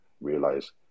realize